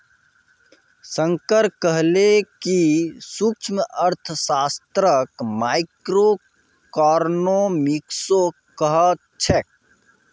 शंकर कहले कि सूक्ष्मअर्थशास्त्रक माइक्रोइकॉनॉमिक्सो कह छेक